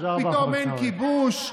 פתאום אין כיבוש,